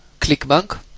ClickBank